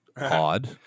odd